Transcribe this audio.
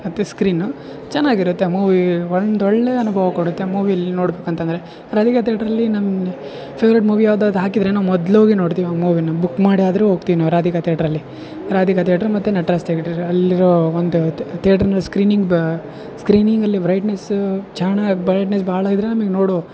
ಮತ್ತು ಸ್ಕ್ರೀನು ಚೆನ್ನಾಗ್ ಇರುತ್ತೆ ಮೂವೀ ಒಂದೊಳ್ಳೆ ಅನುಭವ ಕೊಡುತ್ತೆ ಮೂವೀಲಿ ನೋಡ್ಬೇಕ್ ಅಂತಂದರೆ ರಾಧಿಕ ತೇಟ್ರಲ್ಲಿ ನಮ್ಮ ಫೆವ್ರೇಟ್ ಮೂವಿ ಯಾವ್ದಾದು ಹಾಕಿದರೆ ನಾವು ಮೊದ್ಲು ಹೋಗಿ ನೋಡ್ತೀವಿ ಆ ಮೂವಿನ ಬುಕ್ ಮಾಡಿಯಾದ್ರು ಹೋಗ್ತೀವಿ ನಾವು ರಾಧಿಕ ತೇಟ್ರಲ್ಲಿ ರಾಧಿಕ ತೇಟ್ರ್ ಮತ್ತು ನಟರಾಜ್ ತೇಟ್ರ್ ಅಲ್ಲಿರೋ ಒಂದು ತೇಟ್ರ್ ನ ಸ್ಕ್ರೀನಿಂಗ್ ಬಾ ಸ್ಕ್ರೀನಿಂಗಲ್ಲಿ ಬ್ರೈಟ್ನೆಸ್ ಚೆನ್ನಾಗ್ ಬ್ರೈಟ್ನೆಸ್ ಭಾಳ ಇದ್ರೆ ನಮಗ್ ನೋಡೋ